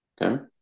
okay